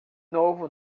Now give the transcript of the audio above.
novo